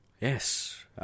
Yes